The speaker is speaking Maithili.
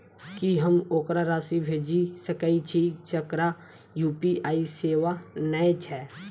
की हम ओकरा राशि भेजि सकै छी जकरा यु.पी.आई सेवा नै छै?